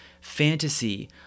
fantasy